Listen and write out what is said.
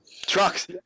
trucks